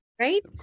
right